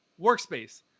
workspace